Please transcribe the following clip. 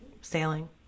sailing